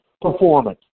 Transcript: performance